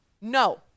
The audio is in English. no